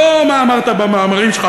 לא מה אמרת במאמרים שלך.